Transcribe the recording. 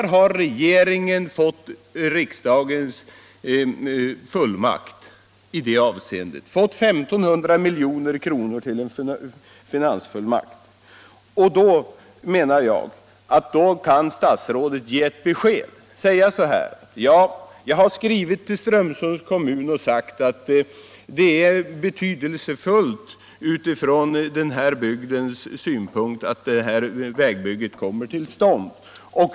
Regeringen har fått riksdagens fullmakt att utnyttja I 500 miljoner för detta ändamål. Då bör statsrådet kunna ge ett besked. Han kan t.ex. säga: Jag har skrivit till Strömsunds kommun och sagt att det är betydelsefullt för den här bygden att vägen kommer till stånd.